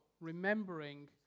remembering